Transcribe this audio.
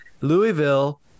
Louisville